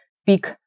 speak